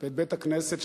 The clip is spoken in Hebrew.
ואת בית-הכנסת,